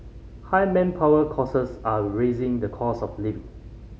high manpower are raising the cost of living